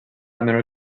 menor